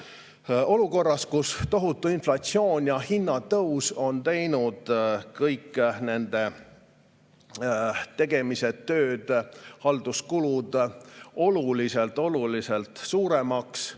Olukorras, kus tohutu inflatsioon ja hinnatõus on teinud kõik nende tegemised-tööd, halduskulud oluliselt suuremaks;